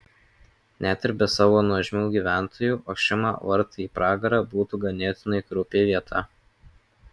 net ir be savo nuožmių gyventojų ošima vartai į pragarą būtų ganėtinai kraupi vieta